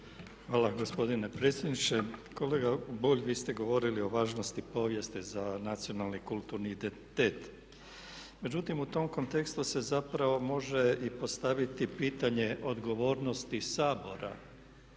Hvala gospodine predsjedniče. Kolega Bulj, vi ste govorili o važnosti povijesti za nacionalni i kulturni identitet. Međutim, u tom kontekstu se zapravo može i postaviti pitanje odgovornosti Sabora